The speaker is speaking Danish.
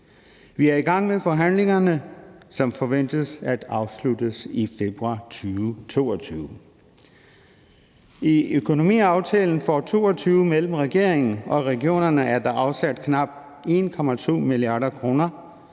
Vi er i gang med forhandlingerne, som forventes at blive afsluttet i februar 2022. I økonomiaftalen for 2022 mellem regeringen og regionerne er der afsat knap 1,2 mia. kr.,